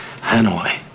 Hanoi